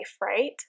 Right